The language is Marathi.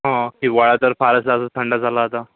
हां हिवाळा तर फारच जास्त थंड झाला आता